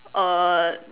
err